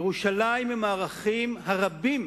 ירושלים עם הערכים הרבים